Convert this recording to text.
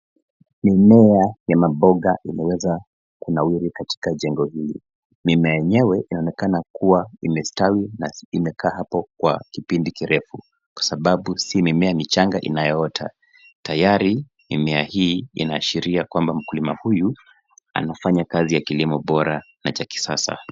Mimea ya maboga inaweza kunawiri katika jengo hili. Mimea yenyewe inaonekana kuwa imestawi na imekaa hapo kwa kipindi kirefu kwa sababu si mimea michanga inayoota, tayari mimea hii inaashiria kwamba mkulima huyu anafanya kazi ya kilimo bora na cha kisasa.